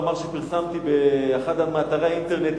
במאמר שפרסמתי באחד מאתרי האינטרנט,